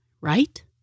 right